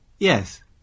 Yes